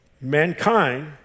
mankind